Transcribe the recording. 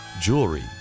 jewelry